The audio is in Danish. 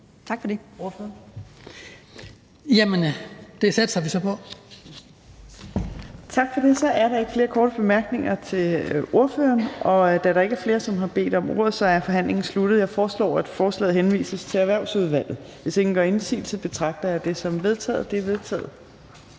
Tak for det.